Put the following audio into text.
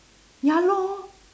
ya lor